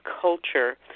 culture